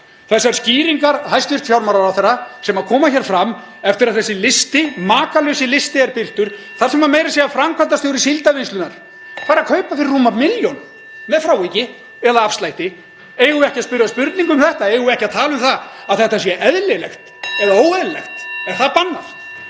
Þessar skýringar hæstv. fjármálaráðherra sem koma fram eftir að þessi makalaust listi er birtur — þar sem meira að segja framkvæmdastjóri Síldarvinnslunnar fær að kaupa fyrir rúma milljón með fráviki eða afslætti. Eigum við ekki að spyrja spurninga um þetta? Eigum við ekki að tala um að þetta sé eðlilegt eða óeðlilegt? Er það bannað?